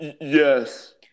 Yes